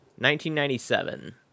1997